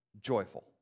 joyful